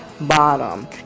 bottom